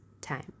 time